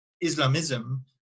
Islamism